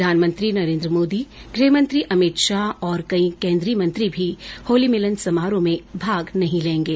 प्रधानमंत्री नरेंद्र मोदी गृहमंत्री अमित शाह और कई केंद्रीय मंत्री भी होली भिलन समारोह में भाग नहीं लेंगे